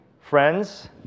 Friends